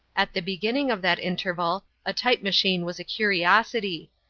at the beginning of that interval a type-machine was a curiosity.